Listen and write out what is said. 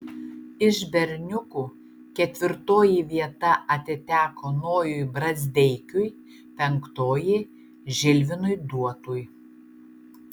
iš berniukų ketvirtoji vieta atiteko nojui brazdeikiui penktoji žilvinui duotui